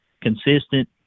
consistent